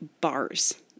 bars